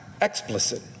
explicit